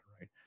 right